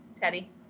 Teddy